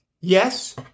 Yes